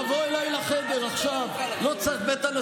למה אתה רוצה לחזור, כדי לבזבז עוד זמן?